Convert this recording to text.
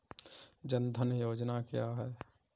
जनधन योजना क्या है?